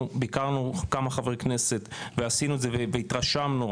אנחנו, כמה חברי כנסת, ביקרנו והתרשמנו.